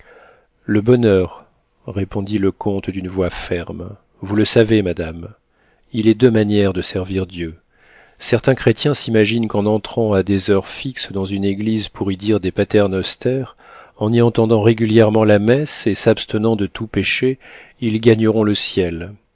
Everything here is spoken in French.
le bonheur répondit le comte d'une voix ferme vous le savez madame il est deux manières de servir dieu certains chrétiens s'imaginent qu'en entrant à des heures fixes dans une église pour y dire des pater noster en y entendant régulièrement la messe et s'abstenant de tout péché ils gagneront le ciel